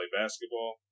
basketball